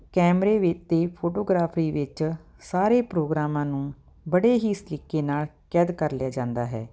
ਕੈਮਰੇ ਵੀ ਅਤੇ ਫੋਟੋਗ੍ਰਾਫਰੀ ਵਿੱਚ ਸਾਰੇ ਪ੍ਰੋਗਰਾਮਾਂ ਨੂੰ ਬੜੇ ਹੀ ਸਲੀਕੇ ਨਾਲ ਕੈਦ ਕਰ ਲਿਆ ਜਾਂਦਾ ਹੈ